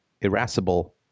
irascible